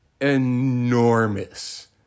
enormous